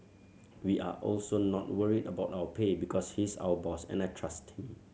we are also not worried about our pay because he's our boss and I trust him